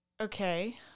Okay